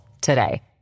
Today